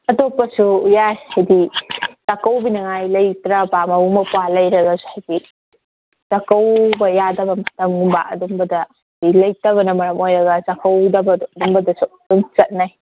ꯑꯇꯣꯞꯄꯁꯨ ꯌꯥꯏ ꯍꯥꯏꯗꯤ ꯆꯥꯛꯀꯧꯕꯤꯅꯤꯡꯉꯥꯏ ꯂꯩꯇ꯭ꯔꯕ ꯃꯕꯨꯡ ꯃꯧꯄꯥ ꯂꯩꯔꯒꯁꯨ ꯍꯥꯏꯗꯤ ꯆꯥꯛꯀꯧꯕ ꯌꯥꯗꯕ ꯃꯇꯝꯒꯨꯝꯕ ꯑꯗꯨꯝꯕꯗ ꯃꯤ ꯂꯩꯇꯕꯅ ꯃꯔꯝ ꯑꯣꯏꯔꯒ ꯆꯥꯛꯀꯧꯗꯕꯗꯣ ꯑꯗꯨꯝꯕꯗꯁꯨ ꯑꯗꯨꯝ ꯆꯠꯅꯩ